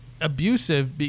abusive